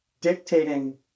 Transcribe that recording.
dictating